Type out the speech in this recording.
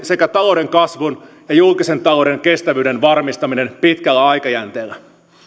sekä talouden kasvun ja julkisen talouden kestävyyden varmistaminen pitkällä aikajänteellä